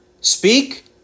speak